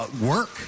work